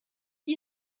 die